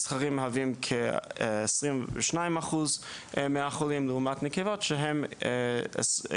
הזכרים מהווים 22% מהחולים לעומת נקבות שהן כ-78%.